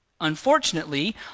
Unfortunately